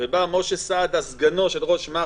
שבתקופתך בוודאי לא היו משתילים נשק בבתים של אנשים,